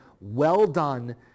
well-done